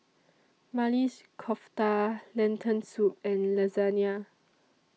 Maili's Kofta Lentil Soup and Lasagna